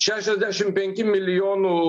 šešiasdešim penki milijonų